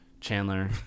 Chandler